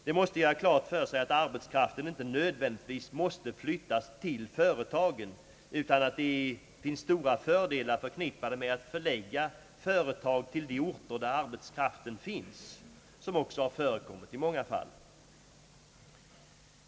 De måste göra klart för sig att arbetskraften inte nödvändigtvis måste flyttas till företagen, utan att det finns stora fördelar förknippade med att förlägga företag till de orter där arbetskraften finns, vilket ju också har förekommit i många fall.